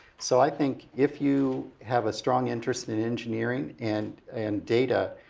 so i think, if you have a strong interest in engineering and and data,